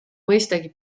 mõistagi